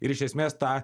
ir iš esmės tą